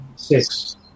Six